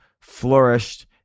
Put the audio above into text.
flourished